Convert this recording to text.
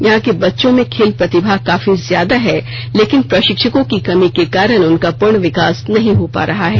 यहां के बच्चों में खेल प्रतिभा काफी ज्यादा है लेकिन प्रशिक्षकों की कमी के कारण उनका पूर्ण विकास नहीं हो पा रहा है